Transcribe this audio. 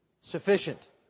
sufficient